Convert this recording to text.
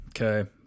Okay